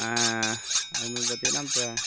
அது மாதிரி பார்த்திங்ன்னா இப்போ